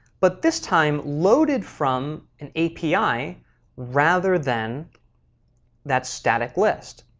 but this time loaded from an api rather than that static list.